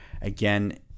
Again